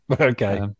Okay